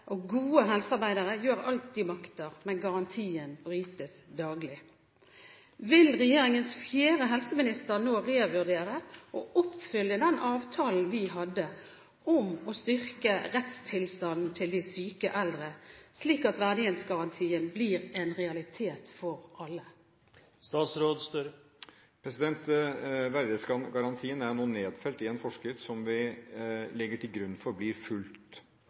og gode helsearbeidere gjør alt de makter, men garantien brytes daglig. Vil regjeringens fjerde helseminister nå revurdere å oppfylle den avtalen vi hadde om å styrke rettstilstanden til de syke eldre, slik at verdighetsgarantien blir en realitet for alle? Verdighetsgarantien er nå nedfelt i en forskrift, som vi legger til grunn blir fulgt.